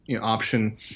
option